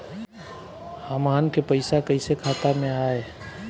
हमन के पईसा कइसे खाता में आय?